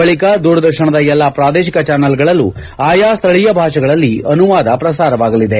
ಬಳಿಕ ದೂರದರ್ಶನದ ಎಲ್ಲಾ ಪ್ರಾದೇಶಿಕ ಚಾನಲ್ಗಳಲ್ಲೂ ಆಯಾ ಸ್ನಳೀಯ ಭಾಷೆಗಳಲ್ಲಿ ಅನುವಾದ ಪ್ರಸಾರವಾಗಲಿದೆ